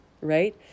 right